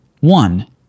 One